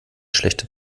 schlechte